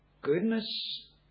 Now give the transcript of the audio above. goodness